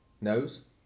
Nose